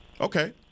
Okay